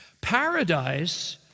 Paradise